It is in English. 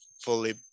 fully